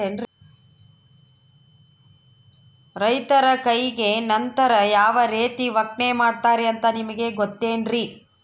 ರೈತರ ಕೈಗೆ ನಂತರ ಯಾವ ರೇತಿ ಒಕ್ಕಣೆ ಮಾಡ್ತಾರೆ ಅಂತ ನಿಮಗೆ ಗೊತ್ತೇನ್ರಿ?